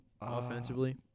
offensively